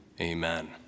Amen